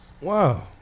Wow